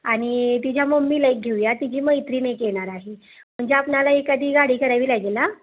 आणि तिच्या मम्मीला एक घेऊया तिची मैत्रीण एक येणार आहे म्हणजे आपणाला एखादी गाडी करावी लागेल ना